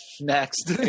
next